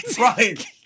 Right